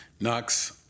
Knox